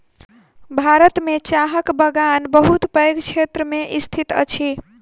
भारत में चाहक बगान बहुत पैघ क्षेत्र में स्थित अछि